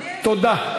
תודה.